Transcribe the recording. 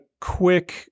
quick